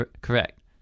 Correct